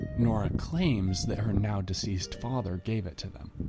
nora claims that her now-deceased father gave it to them.